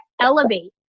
elevate